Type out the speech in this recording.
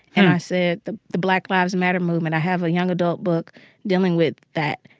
and i said, the the black lives matter movement. i have a young adult book dealing with that.